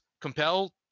compel